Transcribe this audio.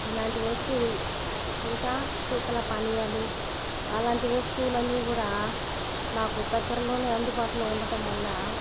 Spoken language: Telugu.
ఇలాంటి వస్తువులు ఇంకా శీతల పానీయాలు అలాంటి వస్తువులన్నీ కూడా మాకు దగ్గరలోనే అందుబాటులో ఉండటం వల్ల